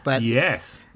Yes